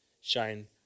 shine